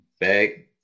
bag